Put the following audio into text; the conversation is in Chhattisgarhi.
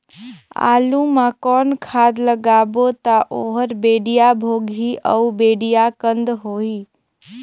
आलू मा कौन खाद लगाबो ता ओहार बेडिया भोगही अउ बेडिया कन्द होही?